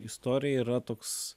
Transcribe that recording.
istorija yra toks